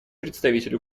представитель